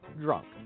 Drunk